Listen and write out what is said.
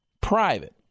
private